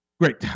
Great